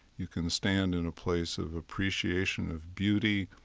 you can stand in a place of appreciation of beauty.